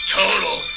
total